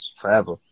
forever